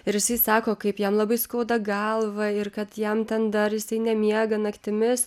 ir jisai sako kaip jam labai skauda galvą ir kad jam ten dar jisai nemiega naktimis